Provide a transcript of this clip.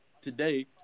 today